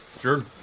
Sure